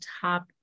top